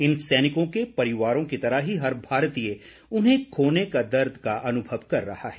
इन सैनिकों के परिवारों की तरह ही हर भारतीय उन्हें खोने का दर्द का अनुभव कर रहा है